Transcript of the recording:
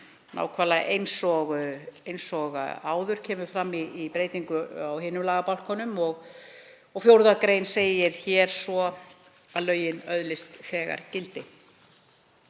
Nákvæmlega eins og áður kemur fram í breytingu á hinum lagabálkunum. Í 4. gr. segir svo að lögin öðlist þegar gildi.